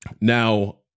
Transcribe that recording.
Now